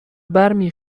برمی